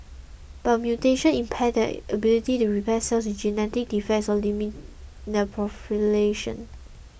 but mutations impair their ability to repair cells with genetic defects or limit their proliferation